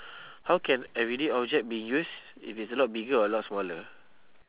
how can everyday object be used if it's a lot bigger or a lot smaller